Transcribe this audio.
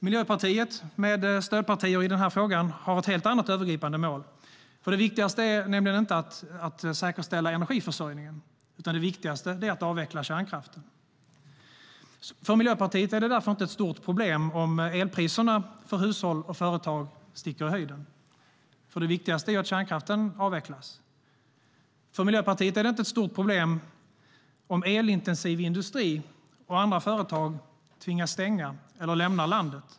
Miljöpartiet med stödpartier i frågan har ett helt annat övergripande mål. Det viktigaste för dem är nämligen inte att säkerställa energiförsörjningen, utan det viktigaste är att avveckla kärnkraften. För Miljöpartiet är det därför inte något stort problem om elpriserna för hushåll och företag sticker i höjden. Det viktigaste är ju att kärnkraften avvecklas. För Miljöpartiet är det inte ett stort problem om elintensiv industri och andra företag tvingas stänga eller lämna landet.